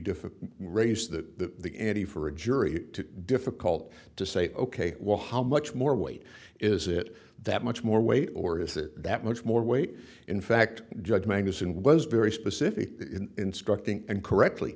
difficult raise the ante for a jury to difficult to say ok well how much more weight is it that much more weight or is it that much more weight in fact judge magazine was very specific in instructing and correctly